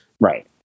Right